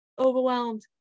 Overwhelmed